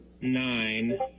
nine